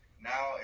Now